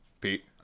Pete